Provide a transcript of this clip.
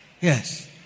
yes